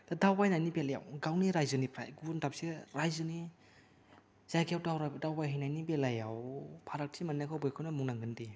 दावबायनायनि बेलायाव गावनि राइजोनिफ्राय गुबुन दाबसे राइजोनि जायगायाव दावबायहैनायनि बेलायाव फारागथि मोन्नायखौ बेखौनो बुंनांगोन दि